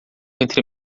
entre